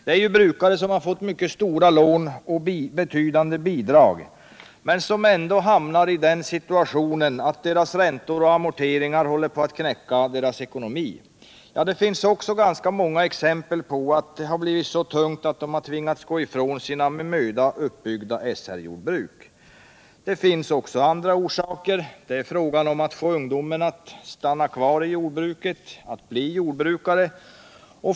Det är ju brukare som har fått mycket stora lån och betydande bidrag men som ändå hamnat i den situationen att deras räntor och amorteringar håller på att knäcka deras ekonomi. Ja, det finns också ganska många exempel på att det har blivit så tungt att de tvingats gå ifrån sina med möda uppbyggda SR-jordbruk. Men det finns också andra orsaker. Det är fråga om att få ungdomen att bli jordbrukare och att stanna kvar i jordbruket.